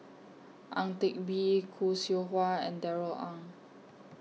Ang Teck Bee Khoo Seow Hwa and Darrell Ang